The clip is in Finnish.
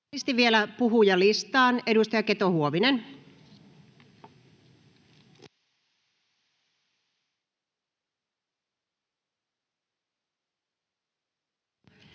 Sitten vielä puhujalistaan. — Edustaja Keto-Huovinen. [Speech